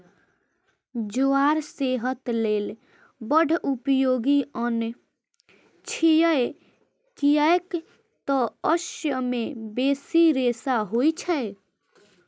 ज्वार सेहत लेल बड़ उपयोगी अन्न छियै, कियैक तं अय मे बेसी रेशा होइ छै